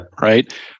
right